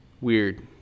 weird